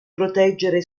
proteggere